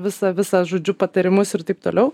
visą visas žodžiu patarimus ir taip toliau